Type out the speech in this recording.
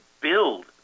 build